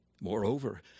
Moreover